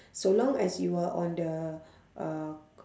so long as you are on the uh